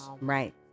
right